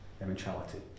eventuality